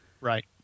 Right